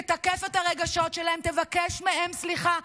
תתקף את הרגשות שלהם, תבקש מהם סליחה.